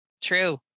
True